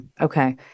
okay